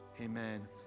amen